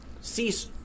cease